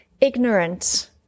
ignorant